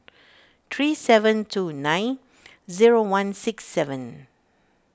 three seven two nine zero one six seven